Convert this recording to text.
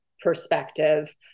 perspective